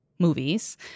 movies